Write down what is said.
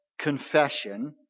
confession